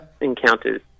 encounters